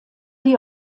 die